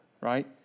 right